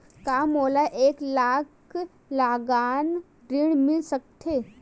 का मोला एक लाख सालाना ऋण मिल सकथे?